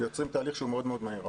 ויוצרים תהליך מאוד מאוד מהיר.